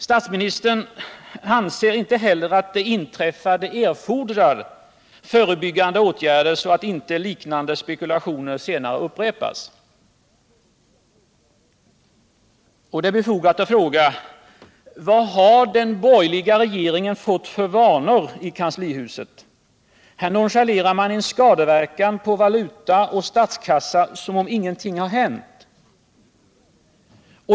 Statsministern anser inte heller att det inträffade erfordrar förebyggande åtgärder, så att inte liknande spekulationer senare upprepas. Det är befogat att fråga: Vad har den borgerliga regeringen fått för vanor i kanslihuset? Här nonchalerar man en skadeverkan på valutan och statskassan som om ingenting hade hänt.